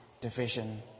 division